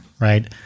right